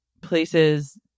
places